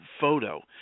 photo